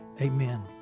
Amen